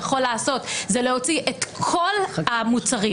יכולים לעשות זה להוציא את כל המוצרים,